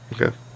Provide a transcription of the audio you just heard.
Okay